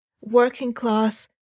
working-class